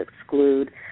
exclude